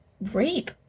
rape